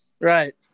Right